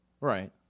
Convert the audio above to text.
right